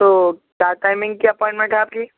تو کیا ٹائمنگ کی اپائنمنٹ ہے آپ کی